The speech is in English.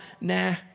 nah